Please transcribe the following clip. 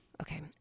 Okay